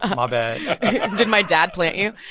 um ah bad did my dad plant you?